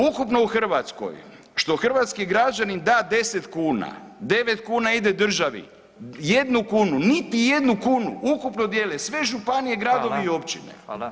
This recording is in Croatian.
Ukupno u Hrvatskoj što hrvatski građanin da 10 kuna, 9 kuna ide državi, 1 kunu, niti 1 kunu ukupno dijele sve županije, gradovi i općine.